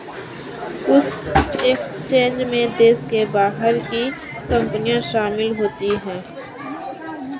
कुछ एक्सचेंजों में देश के बाहर की कंपनियां शामिल होती हैं